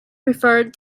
referred